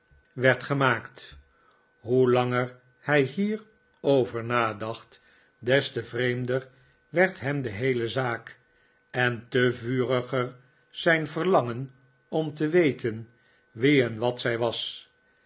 werd gemaakt hoe langer hij hierover nadacht des te vreemder werd hem de heele zaak en te vuriger zijn verlangen om te weten wie en wat zij was